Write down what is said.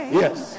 yes